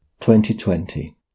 2020